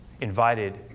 invited